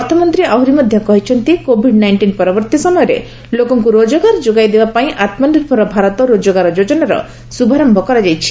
ଅର୍ଥମନ୍ତ୍ରୀ ଆହୁରି ମଧ୍ୟ କହିଛନ୍ତି କୋଭିଡ୍ ନାଇଷ୍ଟିନ୍ ପରବର୍ତ୍ତୀ ସମୟରେ ଲୋକଙ୍କୁ ରୋଜଗାର ଯୋଗାଇ ଦେବା ପାଇଁ ଆତ୍ମ ନିର୍ଭର ଭାରତ ରୋଜଗାର ଯୋଜନା ଶୁଭାରୟ କରାଯାଇଛି